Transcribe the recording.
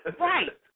Right